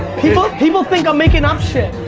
people people think i'm making up shit.